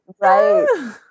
Right